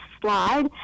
slide